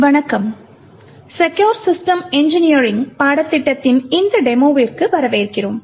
வணக்கம் secure system engineering பாடத்திட்டத்தின் இந்த டெமோவிற்கு வரவேற்கிறோம்